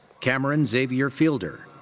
kameron xavier fielder.